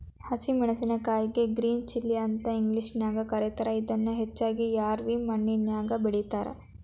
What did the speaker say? ಹಸಿ ಮೆನ್ಸಸಿನಕಾಯಿಗೆ green chilli ಅಂತ ಇಂಗ್ಲೇಷನ್ಯಾಗ ಕರೇತಾರ, ಇದನ್ನ ಹೆಚ್ಚಾಗಿ ರ್ಯಾವಿ ಮಣ್ಣಿನ್ಯಾಗ ಬೆಳೇತಾರ